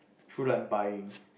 through like buying